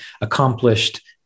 accomplished